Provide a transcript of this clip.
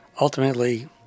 ultimately